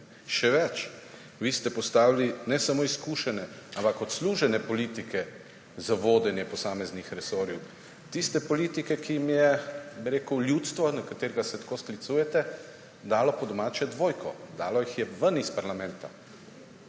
Še več, vi ste postavili ne samo izkušene, ampak odslužene politike za vodenje posameznih resorjev. Tiste politike, ki jim je ljudstvo, na katerega se tako sklicujete, dalo po domače dvojko, dalo jih je ven iz parlamenta.